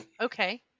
okay